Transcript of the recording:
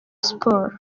siporo